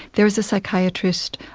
there's a psychiatrist,